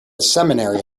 seminary